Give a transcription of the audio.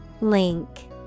Link